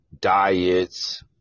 diets